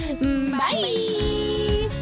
Bye